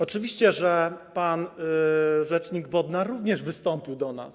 Oczywiście, że pan rzecznik Bodnar również wystąpił do nas.